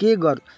के गर्छु